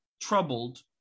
troubled